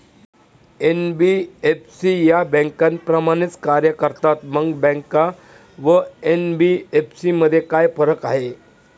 NBFC या बँकांप्रमाणेच कार्य करतात, मग बँका व एन.बी.एफ.सी मध्ये काय फरक आहे?